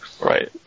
Right